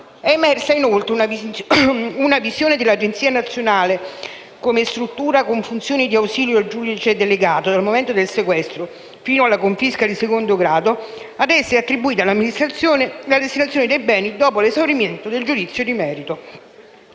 È emersa, inoltre, una visione dell'Agenzia nazionale come struttura con funzioni di ausilio al giudice delegato, dal momento del sequestro e fino alla confisca di secondo grado. Ad essa è attribuita l'amministrazione e la destinazione dei beni dopo l'esaurimento del giudizio di merito.